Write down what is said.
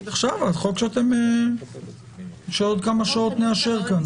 זה החוק שבעוד כמה שעות נאשר כאן.